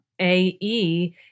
A-E